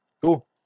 Cool